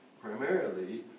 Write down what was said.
primarily